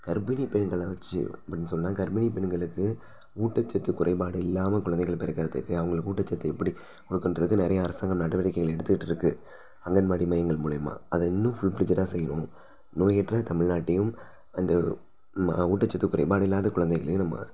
கர்ப்பிணிப் பெண்கள வெச்சு அப்படின்னு சொன்னால் கர்ப்பிணிப் பெண்களுக்கு ஊட்டச்சத்துக் குறைபாடு இல்லாமல் குழந்தைகள் பிறக்குறதுக்கு அவங்களுக்கு ஊட்டச்சத்து எப்படி கொடுக்கணுன்றது நிறைய அரசாங்கம் நடவடிக்கைகள் எடுத்துகிட்டு இருக்கு அங்கன்வாடி மையங்கள் மூலியமாக அதை இன்னும் ஃபுல்ஃப்ளெட்ஜிடாக செய்யணும் நோயற்ற தமிழ்நாட்டையும் அந்த ஊட்டச்சத்துக் குறைபாடு இல்லாத குழந்தைகளையும் நம்ம